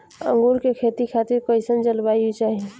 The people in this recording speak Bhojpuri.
अंगूर के खेती खातिर कइसन जलवायु चाही?